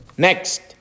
Next